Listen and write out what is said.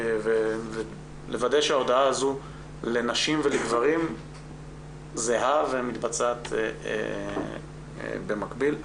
לוודא שההודעה הזאת לנשים ולגברים זהה ומתבצעת במקביל.